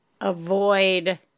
avoid